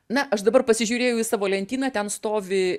na aš dabar pasižiūrėjau į savo lentyną ten stovi